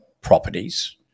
properties